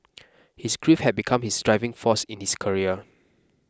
his grief have become his driving force in his career